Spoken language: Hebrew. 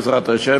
בעזרת השם,